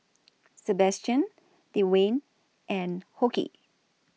Sabastian Dewayne and Hoke